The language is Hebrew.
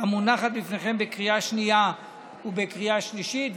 המונחת בפניכם בקריאה השנייה ובקריאה השלישית.